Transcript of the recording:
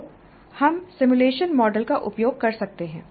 तो हम simulation model का उपयोग कर सकते हैं